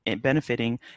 benefiting